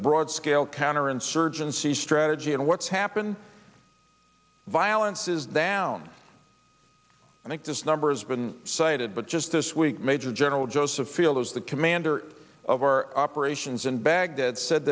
broad scale counterinsurgency strategy and what's happened violence is down i think this number has been cited but just this week major general joseph feel those the commander of our operations in